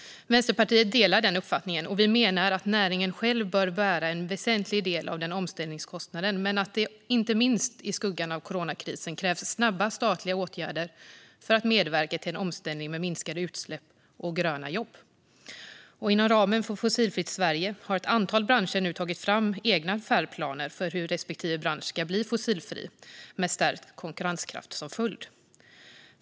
Vänsterpartiet delar den uppfattningen. Vi menar att näringen själv bör bära en väsentlig del av omställningskostnaden men att det inte minst i skuggan av coronakrisen krävs snabba statliga åtgärder för att medverka till en omställning med minskade utsläpp och gröna jobb. Inom ramen för Fossilfritt Sverige har ett antal branscher nu tagit fram egna färdplaner för hur respektive bransch ska bli fossilfri, med stärkt konkurrenskraft som följd.